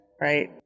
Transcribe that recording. right